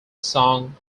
song